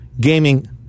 gaming